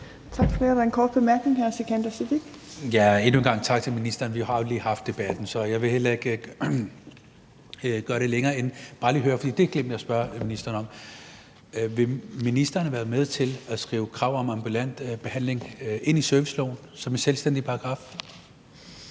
Sikandar Siddique. Kl. 21:36 Sikandar Siddique (UFG): Endnu en gang tak til ministeren. Vi har jo lige haft debatten, så jeg vil ikke gøre det så langt. Jeg vil bare lige høre – for det glemte jeg at spørge ministeren om – om ministeren vil være med til at skrive krav om ambulant behandling ind i serviceloven som en selvstændig paragraf.